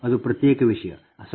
ಅದು ಪ್ರತ್ಯೇಕ ವಿಷಯಗಳು ಸರಿ